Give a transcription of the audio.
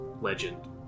legend